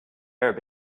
arab